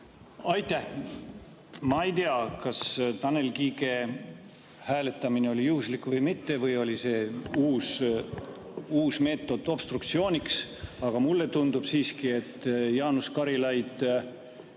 Aitäh! Ma ei tea, kas Tanel Kiige hääletamine oli juhuslik või mitte või oli see uus meetod obstruktsiooniks, aga mulle tundub siiski, et Jaanus Karilaid